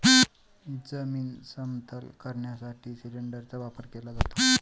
जमीन समतल करण्यासाठी सिलिंडरचा वापर केला जातो